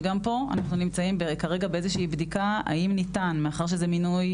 שגם פה אנחנו נמצאים כרגע באיזושהי בדיקה האם ניתן מאחר שזה מינוי